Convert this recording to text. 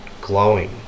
glowing